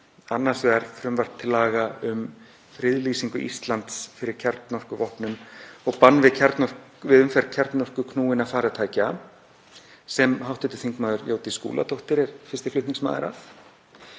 annars vegar frumvarp til laga um friðlýsingu Íslands fyrir kjarnorkuvopnum og bann við umferð kjarnorkuknúinna farartækja, sem hv. þm. Jódís Skúladóttir er fyrsti flutningsmaður að,